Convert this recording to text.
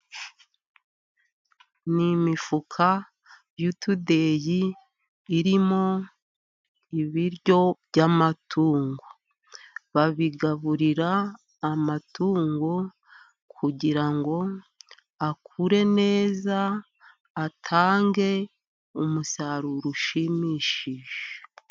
Ni imifuka y'utudeyi irimo ibiryo by'amatungo. Babigaburira amatungo kugira ngo akure neza, atange umusaruro ushimishije.